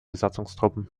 besatzungstruppen